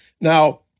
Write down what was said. Now